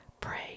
pray